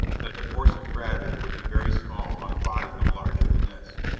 that the force of gravity would be very small on a body no larger than this.